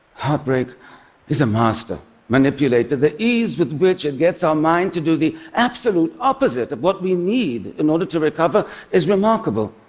heartbreak is a master manipulator. the ease with which it gets our mind to do the absolute opposite of what we need in order to recover is remarkable.